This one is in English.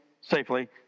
safely